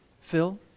Phil